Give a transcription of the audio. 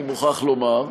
אני מוכרח לומר,